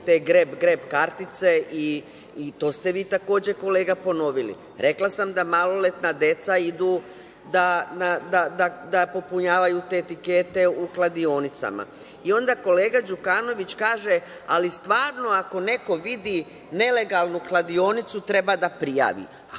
greb-greb kartice i to ste vi takođe kolega ponovili. Rekla sam da maloletna deca idu da popunjavaju te tikete u kladionicama i onda kolega Đukanović, kaže - ali stvarno ako neko vidi nelegalnu kladionicu treba da prijavi.A